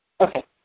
Okay